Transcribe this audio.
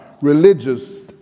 religious